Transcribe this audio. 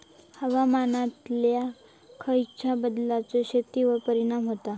हवामानातल्या खयच्या बदलांचो शेतीवर परिणाम होता?